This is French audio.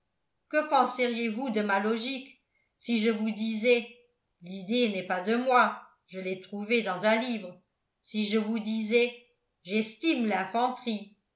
que penseriez-vous de ma logique si je vous disais l'idée n'est pas de moi je l'ai trouvée dans un livre si je vous disais j'estime l'infanterie